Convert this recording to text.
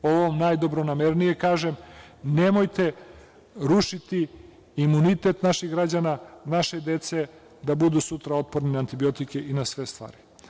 Ovo vam najdobronamernije kažem, nemojte rušiti imunitet naših građana, naše dece da budu sutra otporni na antibiotike i na sve stvari.